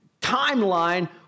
timeline